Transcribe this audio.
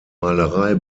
malerei